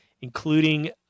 including